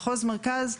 מחוז מרכז,